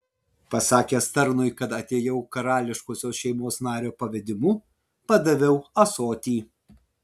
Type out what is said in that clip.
pasakęs tarnui kad atėjau karališkosios šeimos nario pavedimu padaviau ąsotį